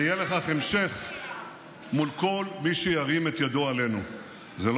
אנחנו מוסיפים להיאבק בתוקפנות של איראן ושלוחות הטרור שלה באזורנו.